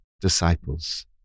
disciples